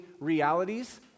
realities